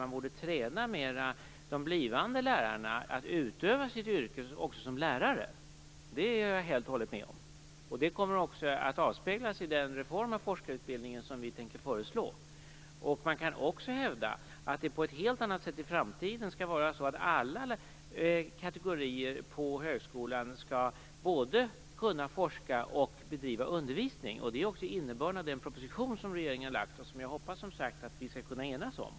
Man borde träna de blivande lärarna mer i att utöva sitt yrke också som lärare. Det är jag helt och hållet med på. Det kommer också att avspeglas i den reform av forskarutbildningen som vi tänker föreslå. Man kan också hävda att alla kategorier på högskolan i framtiden på ett helt annat sätt både skall kunna forska och bedriva undervisning. Det är också innebörden av den proposition som regeringen har lagt fram och som jag, som sagt, hoppas att vi skall kunna enas om.